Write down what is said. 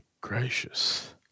gracious